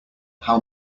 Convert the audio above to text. how